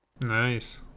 Nice